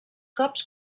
cops